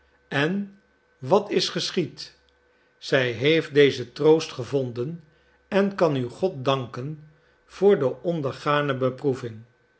en wat is geschied zij heeft dezen troost gevonden en kan nu god danken voor de ondergane beproeving